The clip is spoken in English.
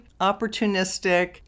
opportunistic